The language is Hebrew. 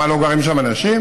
מה, לא גרים שם אנשים?